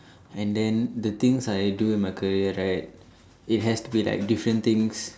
and then the things I do in my career right it has to be like different things